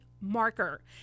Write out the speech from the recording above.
marker